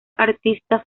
artista